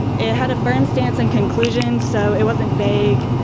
it had a firm stance in conclusion so it wasn't vague.